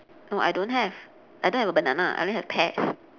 no I don't have I don't have a banana I only have pears